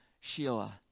Sheila